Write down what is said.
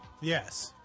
Yes